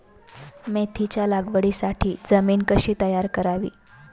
मेथीच्या लागवडीसाठी जमीन कशी तयार करावी?